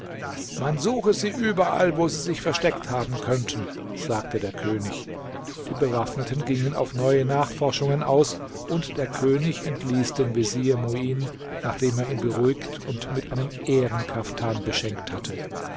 man suche sie überall wo sie sich versteckt haben könnten sagte der könig die bewaffneten gingen auf neue nachforschungen aus und der könig entließ den vezier muin nachdem er ihn beruhigt und mit einem ehrenkaftan beschenkt hatte